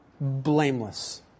blameless